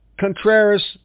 Contreras